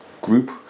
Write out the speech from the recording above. group